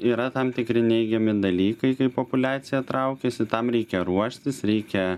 yra tam tikri neigiami dalykai kai populiacija traukiasi tam reikia ruoštis reikia